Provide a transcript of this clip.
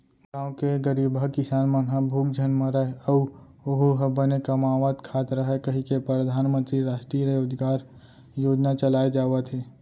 गाँव के गरीबहा किसान मन ह भूख झन मरय अउ ओहूँ ह बने कमावत खात रहय कहिके परधानमंतरी रास्टीय रोजगार योजना चलाए जावत हे